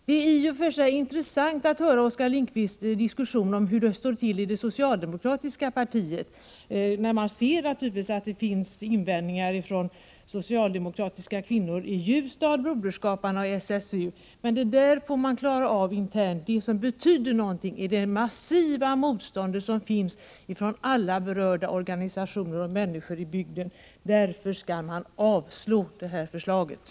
Det är i och för sig intressant att höra Oskar Lindkvists diskussion om hur det står till i det socialdemokratiska partiet. Man ser att det naturligtvis finns invändningar från socialdemokratiska kvinnor i Ljusdal, broderskaparna och SSU —, men detta får man klara av internt. Det som betyder någonting är det massiva motstånd som finns från alla berörda organisationer och människor i bygden. Förslaget skall därför avslås.